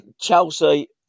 Chelsea